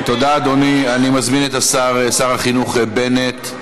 אני מזמין את השר, שר החינוך בנט.